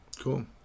Cool